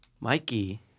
Mikey